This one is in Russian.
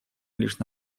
лишь